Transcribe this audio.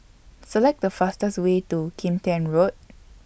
Select The fastest Way to Kim Tian Road